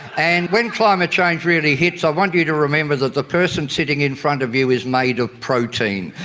and when climate change really hits, i want you to remember that the person sitting in front of you is made of protein.